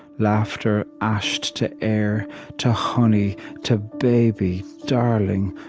laughter ashed to air to honey to baby darling,